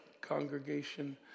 congregation